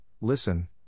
Listen